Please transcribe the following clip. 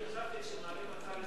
אני חשבתי שכשמעלים הצעה לסדר,